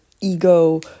ego